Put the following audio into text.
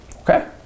Okay